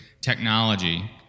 technology